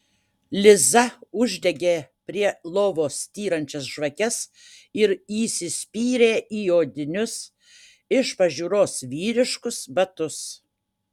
liza uždegė prie lovos styrančias žvakes ir įsispyrė į odinius iš pažiūros vyriškus batus